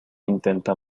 intenta